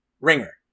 ringer